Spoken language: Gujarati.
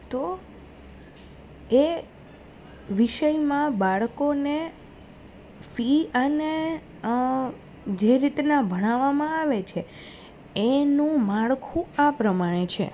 તો એ વિષયમાં બાળકોને ફી અને જે રીતના ભણાવામાં આવે છે એનું માળખું આ પ્રમાણે છે